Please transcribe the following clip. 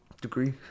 degree